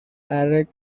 arctic